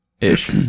ish